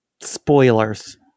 Spoilers